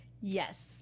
yes